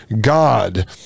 God